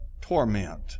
torment